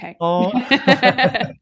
Okay